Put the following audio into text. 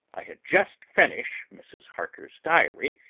i had just finished mrs. harker's diary,